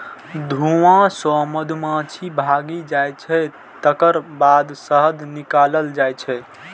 धुआं सं मधुमाछी भागि जाइ छै, तकर बाद शहद निकालल जाइ छै